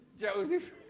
Joseph